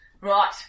Right